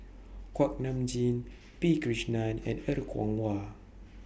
Kuak Nam Jin P Krishnan and Er Kwong Wah